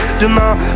demain